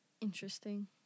Interesting